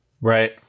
Right